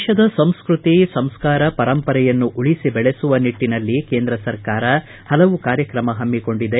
ದೇಶದ ಸಂಸ್ಕೃತಿ ಸಂಸ್ಕಾರ ಪರಂಪರೆಯನ್ನು ಉಳಿಸಿ ಬೆಳೆಸುವ ನಿಟ್ಟನಲ್ಲಿ ಕೇಂದ್ರ ಸರ್ಕಾರ ಪಲವಾರು ಕಾರ್ಯತ್ರಮ ಪಮ್ಮಿಕೊಂಡಿದೆ